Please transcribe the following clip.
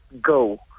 go